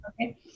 Okay